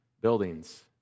buildings